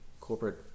corporate